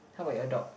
how about your dog